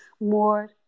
more